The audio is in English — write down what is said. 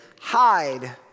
hide